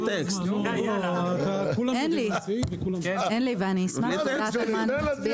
תנו לי שנייה להגיד